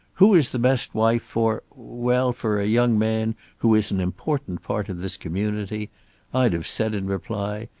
who is the best wife for well, for a young man who is an important part of this community i'd have said in reply,